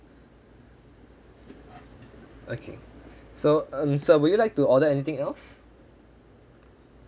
okay so um sir would you like to order anything else